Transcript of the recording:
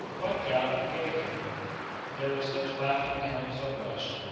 pluck't out and give it him but there was such laughing! and helen so blush'd,